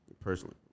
Personally